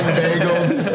bagels